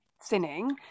sinning